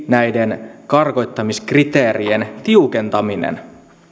näiden karkottamiskriteerien tiukentaminen